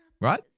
right